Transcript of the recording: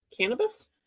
Cannabis